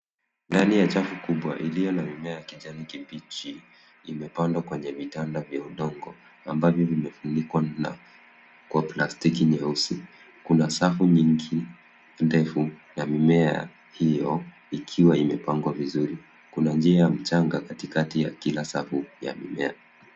Ndani ya chafu kubwa iliyo na mimea ya kijani kibichi imepandwa kwenye vitanda vya udongo amabvyo vimefunikwa kwa plastiki nyeusi. Kuna safu nyingi ndefu ya mimea hiyo ikiwa imepangwa vizuri. Kuna njia ya mchanga katikati ya kila safu ya mimea.